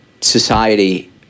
society